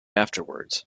afterwards